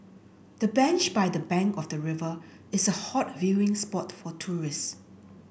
the bench by the bank of the river is a hot viewing spot for tourists